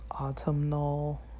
autumnal